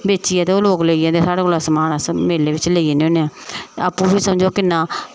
बेचियै ते ओह् लोग लेई जंदे साढ़े कोला समान अस मेले बिच लेई जन्ने होने आपूं बी समझो कि'न्ना